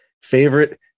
Favorite